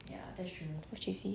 of J_C